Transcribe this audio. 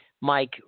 Mike